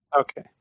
Okay